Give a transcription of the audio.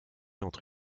entre